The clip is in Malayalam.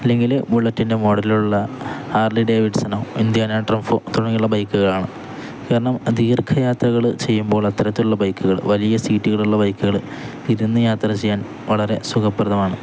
അല്ലെങ്കിൽ ബുള്ളറ്റിൻ്റെ മോഡലിലുള്ള ആർലി ഡേവിഡ്സനോ ഇന്ത്യനാ ട്രംഫോ തുടങ്ങിയുള്ള ബൈക്കുകളാണ് കാരണം ദീർഘ യാത്രകൾ ചെയ്യുമ്പോൾ അത്തരത്തിലുള്ള ബൈക്കുകൾ വലിയ സീറ്റുകളുള്ള ബൈക്കുകൾ ഇരുന്ന് യാത്ര ചെയ്യാൻ വളരെ സുഖപ്രദമാണ്